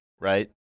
right